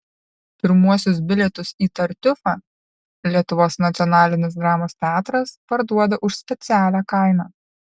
pirmuosius bilietus į tartiufą lietuvos nacionalinis dramos teatras parduoda už specialią kainą